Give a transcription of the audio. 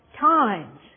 times